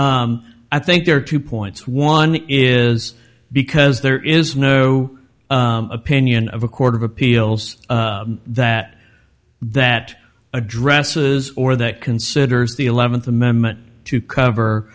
i think there are two points one is because there is no opinion of a court of appeals that that addresses or that considers the eleventh amendment to cover